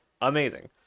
Amazing